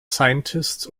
scientist